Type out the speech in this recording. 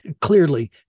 Clearly